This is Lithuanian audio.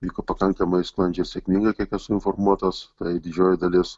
vyko pakankamai sklandžiai ir sėkmingai kiek esu informuotas tai didžioji dalis